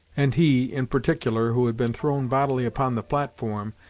and he, in particular, who had been thrown bodily upon the platform,